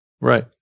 Right